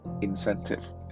incentive